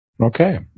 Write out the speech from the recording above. Okay